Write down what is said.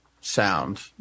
sound